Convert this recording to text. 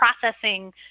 processing